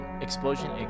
explosion